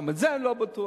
גם בזה אני לא בטוח.